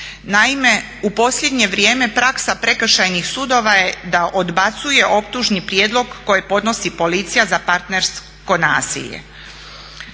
Naime, u posljednje vrijeme praksa prekršajnih sudova je da odbacuje optužni prijedlog koji podnosi policija za partnersko nasilje.